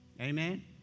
Amen